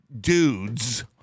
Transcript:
Dudes